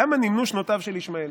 "למה נמנו שנותיו של ישמעאל"